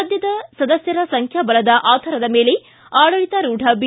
ಸದ್ಯದ ಸದಸ್ಟರ ಸಂಖ್ಯಾಬಲದ ಆಧಾರದ ಮೇಲೆ ಆಡಳಿತಾರೂಢ ಬಿ